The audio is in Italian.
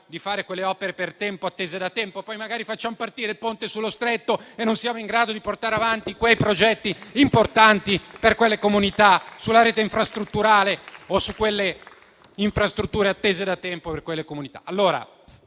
tempo quelle opere attese da tempo? Magari facciamo partire il Ponte sullo Stretto, ma non siamo in grado di portare avanti progetti importanti per quelle comunità, sulla rete infrastrutturale o su quelle infrastrutture attese da tempo da quelle comunità.